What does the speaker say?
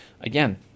again